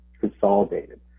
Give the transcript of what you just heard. consolidated